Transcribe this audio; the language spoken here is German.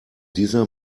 dieser